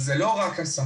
אז זה לא רק השכר.